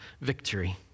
victory